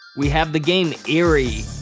we have the game erie,